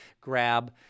grab